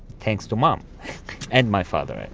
thanks to mom and my father and